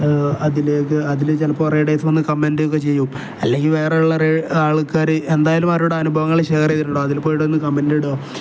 അതിലേക്ക് അതിൽ ചിലപ്പോൾ റേഡേഴ്സ് വന്ന് കമെൻറ് ഒക്കെ ചെയ്യും അല്ലെങ്കിൽ വേറേയുള്ള ആൾക്കാർ എന്തായാലും അവരോട് അനുഭവങ്ങൾ ഷെയർ ചെയ്തിട്ടുണ്ടോ അതിൽ പോയിട്ടൊന്ന് കമൻന്റ് ഇടുക